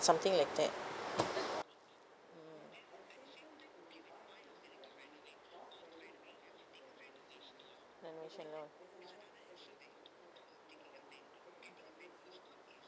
it's something like that mm renovation loan